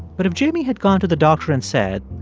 but if jamie had gone to the doctor and said,